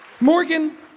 Morgan